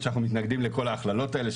שאנחנו מתנגדים לכל ההכללות האלה,